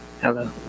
Hello